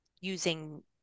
using